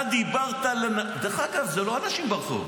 אתה דיברת, דרך אגב, זה לא אנשים ברחוב.